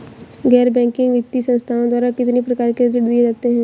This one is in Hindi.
गैर बैंकिंग वित्तीय संस्थाओं द्वारा कितनी प्रकार के ऋण दिए जाते हैं?